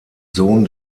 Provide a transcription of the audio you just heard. sohn